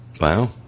Wow